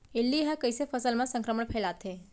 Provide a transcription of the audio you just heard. इल्ली ह कइसे फसल म संक्रमण फइलाथे?